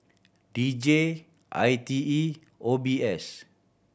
D J I T E O B S